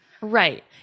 right